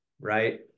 right